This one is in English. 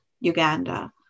Uganda